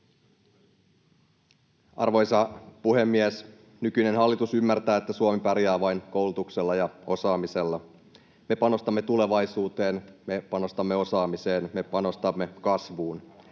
Arvoisa puhemies! Nykyinen hallitus ymmärtää, että Suomi pärjää vain koulutuksella ja osaamisella. Me panostamme tulevaisuuteen, me panostamme osaamiseen ja me panostamme kasvuun